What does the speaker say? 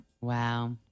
Wow